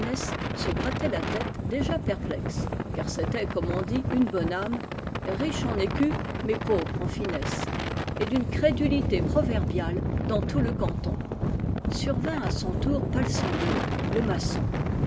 se grattait la tête déjà per plexe car c'était comme on dit une bonne âme riche en écus mais pauvre en finesse et d'nne crédulité proverbiale dans tout le canton survint à son tour palsambleu le maçon